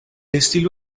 estilo